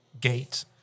gate